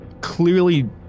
clearly